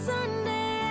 Sunday